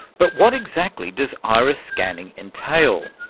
but what exactly does iris-scanning entail?